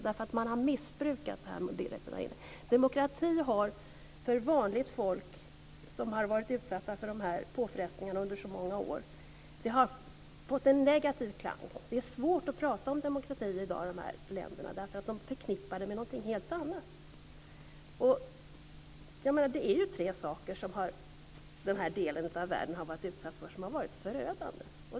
Begreppet har missbrukats. Demokrati har fått en negativ klang för vanligt folk, som har utsatts för påfrestningar under så många år. I dag är det svårt att prata om demokrati i de här länderna, eftersom det förknippas med någonting helt annat. Den här delen av världen har varit utsatt för tre saker som varit förödande.